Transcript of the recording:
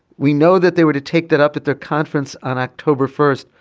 we know that they were to take that up at their conference on october first.